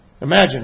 Imagine